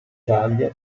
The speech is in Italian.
taglia